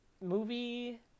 movie